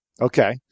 Okay